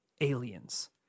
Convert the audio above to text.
aliens